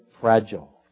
fragile